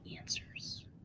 answers